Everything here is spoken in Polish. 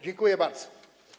Dziękuję bardzo.